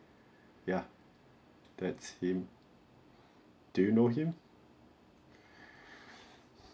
ya that's him do you know him